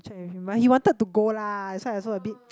check with him but he wanted to go lah that's why I also a bit